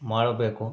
ಮಾಡಬೇಕು